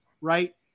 Right